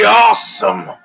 awesome